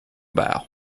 bow